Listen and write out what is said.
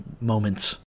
moments